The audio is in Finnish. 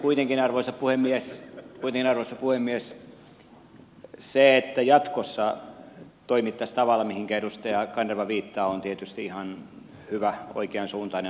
kuitenkin arvoisa puhemies se että jatkossa toimittaisiin tavalla mihinkä edustaja kanerva viittaa on tietysti ihan hyvä oikeansuuntainen ajatuksenjuoksuttelu